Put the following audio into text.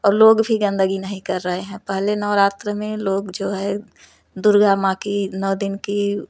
और लोग भी गंदगी नहीं कर रहे हैं पहले नवरात्र में लोग जो है दुर्गा माँ की नौ दिन की